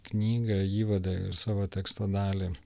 knygą įvadą ir savo teksto dalį